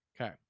Okay